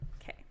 okay